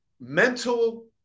mental